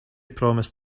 promised